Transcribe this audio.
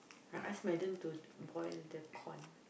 I ask Maiden to boil the corn